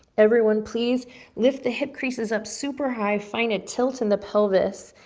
everyone, please lift the hip creases up super high, find a tilt in the pelvis,